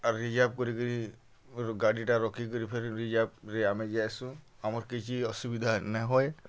ଆର୍ reserve କରିକିରି ଗାଡ଼ିଟା ରଖିକିରି ଫେରି ରିଜର୍ଭ କରିକିରି ଆମେ ଯାଏସୁଁ ଆମର୍ କିଛି ଅସୁବିଧା ନାଇଁ ହୁଏ